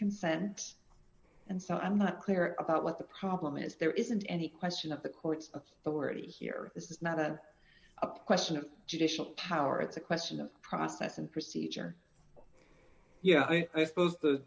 consent and so i'm not clear about what the problem is there isn't any question of the court's authority here this is not a a question of judicial power it's a question of process and procedure yeah i suppose the